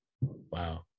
wow